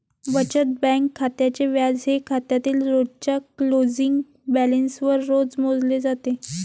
बचत बँक खात्याचे व्याज हे खात्यातील रोजच्या क्लोजिंग बॅलन्सवर रोज मोजले जाते